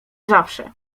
zawsze